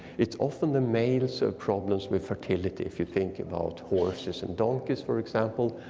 it's often the males have problems with fertility if you think about horses and donkeys, for example,